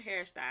hairstyle